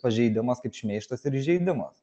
pažeidimas kaip šmeižtas ir įžeidimas